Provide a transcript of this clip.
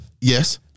Yes